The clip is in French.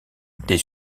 des